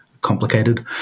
complicated